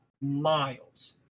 miles